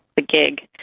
a gig,